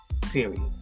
Period